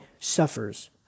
suffers